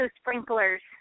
sprinklers